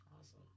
Awesome